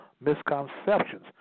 misconceptions